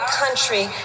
country